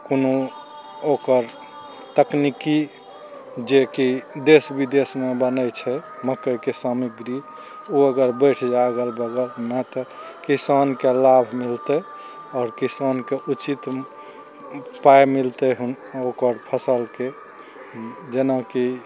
कोनो ओकर तकनीकी जेकि देश विदेशमे बनय छै मकइके सामग्री ओ अगर बैठ जाइ अगल बगल नहि तऽ किसानके लाभ मिलतय आओर किसानके उचित पाइ मिलतय ओकर फसलके जेनाकि